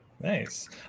Nice